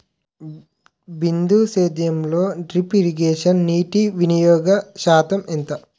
బిందు సేద్యంలో drip irrigation నీటివినియోగ శాతం ఎంత?